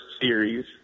series